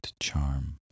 charm